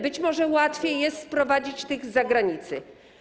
Być może łatwiej jest sprowadzić tych z zagranicy.